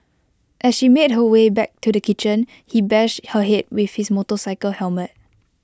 as she made her way back to the kitchen he bashed her Head with his motorcycle helmet